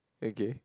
okay